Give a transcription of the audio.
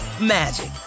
magic